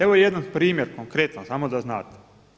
Evo jedan primjer, konkretan, samo da znate.